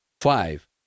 five